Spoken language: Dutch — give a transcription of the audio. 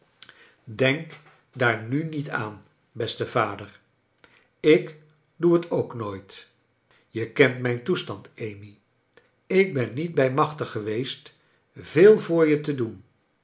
denk daar nu niet aan beste vader ik doe het ook nooit je kent mijn toestand amy ik ben niet bij machte geweest veel voor je te doen